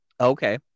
Okay